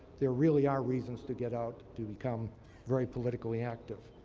there really are reasons to get out, to become very politically active.